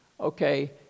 okay